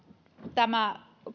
tämä